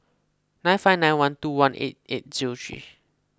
nine five nine one two one eight eight O three